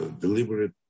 deliberate